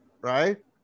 right